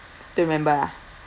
don't remember ah